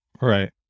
right